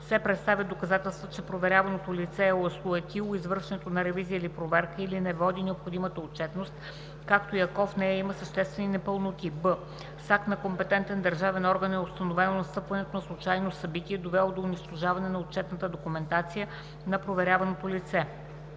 се представят доказателства, че проверяваното лице е осуетило извършването на ревизия или проверка или не води необходимата отчетност, както и ако в нея има съществени непълноти; б) с акт на компетентен държавен орган е установено настъпването на случайно събитие, довело до унищожаване на отчетната документация на проверяваното лице;